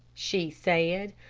she said.